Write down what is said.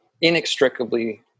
inextricably